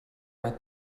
met